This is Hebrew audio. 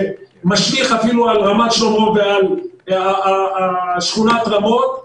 שמשליך אפילו על רמת שלמה ועל שכונת רמות.